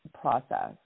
process